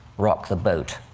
rock the boat.